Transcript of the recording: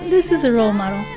this is a role model.